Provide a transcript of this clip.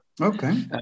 Okay